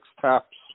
TAPS